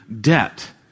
debt